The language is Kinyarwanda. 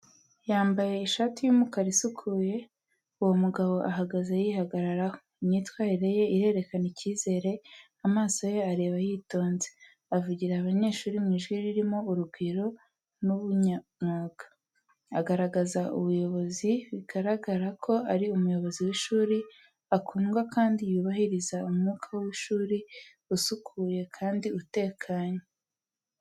Yambaye ishati y’umukara isukuye, uwo mugabo ahagaze yihagararaho. Imyitwarire ye irerekana icyizere, amaso ye areba yitonze. Avugira abanyeshuri mu ijwi ririmo urugwiro n’ubunyamwuga. Agaragaza ubuyobozi, biragaragara ko ari umuyobozi w’ishuri, akundwa kandi yubahiriza umwuka w’ishuri usukuye kandi utekanye.